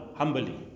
humbly